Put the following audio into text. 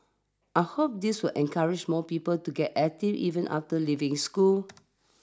I hope this will encourage more people to get active even after leaving school